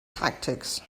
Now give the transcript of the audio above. tactics